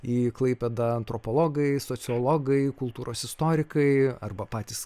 į klaipėdą antropologai sociologai kultūros istorikai arba patys